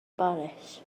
baris